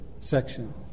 section